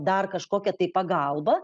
dar kažkokią tai pagalbą